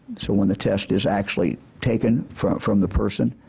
so when the test is actually taken from from the person,